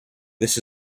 this